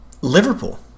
Liverpool